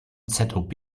zob